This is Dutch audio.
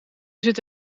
zit